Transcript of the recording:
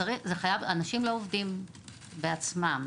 אנשים לא עובדים בעצמם,